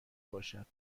باشد